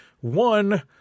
one